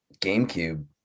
GameCube